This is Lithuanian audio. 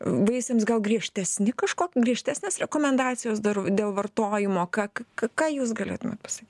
vaisiams gal griežtesni kažko griežtesnės rekomendacijos dar dėl vartojimo ką ką ką jūs galėtumėt pasakyt